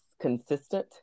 consistent